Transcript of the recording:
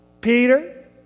Peter